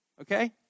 Okay